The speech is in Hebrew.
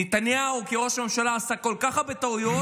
נתניהו כראש ממשלה עשה כל כך הרבה טעויות,